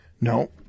No